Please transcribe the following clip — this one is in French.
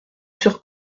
sur